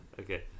Okay